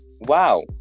wow